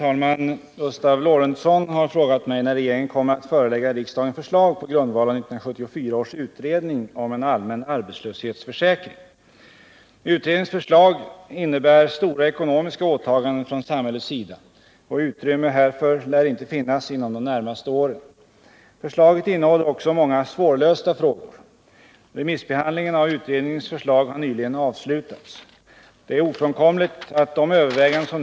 I maj i år avgav 1974 års utredning om en allmän arbetslöshetsförsäkring sitt länge väntade betänkande, väntat inte minst av alla de ungdomar som gått arbetslösa och inte hunnit kvalificera sig för ersättning från någon arbetslöshetskassa, men också av många andra som av olika skäl kommit att stå utanför arbetslöshetsförsäkringen, trots att arbetslöshetens gissel präglat deras verklighet.